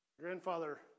Grandfather